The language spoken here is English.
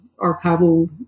archival